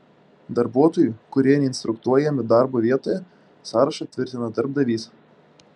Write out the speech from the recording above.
darbuotojų kurie neinstruktuojami darbo vietoje sąrašą tvirtina darbdavys